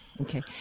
Okay